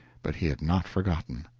but he had not forgotten.